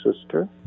sister